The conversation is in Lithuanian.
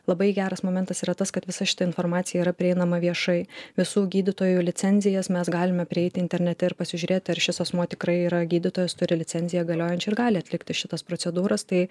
labai geras momentas yra tas kad visa šita informacija yra prieinama viešai visų gydytojų licencijas mes galime prieiti internete ir pasižiūrėti ar šis asmuo tikrai yra gydytojas turi licenciją galiojančią ir gali atlikti šitas procedūras tai